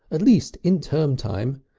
at least in term time.